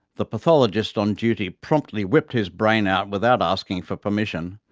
the pathologist on duty promptly whipped his brain out without asking for permission,